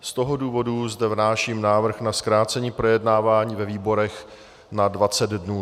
Z toho důvodu zde vznáším návrh na zkrácení projednávání ve výborech na dvacet dnů.